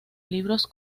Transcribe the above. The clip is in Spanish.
libros